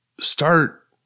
start